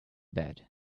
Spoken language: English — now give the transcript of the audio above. bed